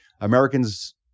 Americans